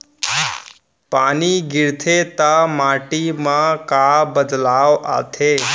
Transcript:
पानी गिरथे ता माटी मा का बदलाव आथे?